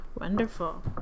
Wonderful